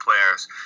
players